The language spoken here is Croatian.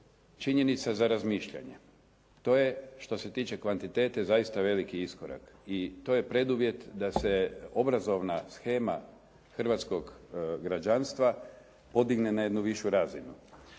činjenica za razmišljanje. To je što se tiče kvantitete zaista veliki iskorak i to je preduvjet da se obrazovna shema hrvatskog građanstva podigne na jednu višu razinu.